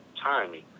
timing